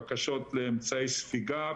בקשות לאמצעי ספיגה,